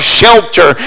shelter